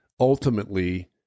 ultimately